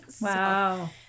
Wow